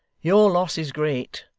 your loss is great,